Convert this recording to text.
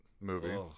movie